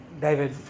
David